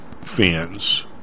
fans